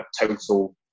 total